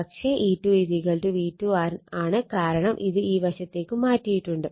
പക്ഷെ E2 V2 ആണ് കാരണം ഇത് ഈ വശത്തേക്ക് മാറ്റിയിട്ടുണ്ട്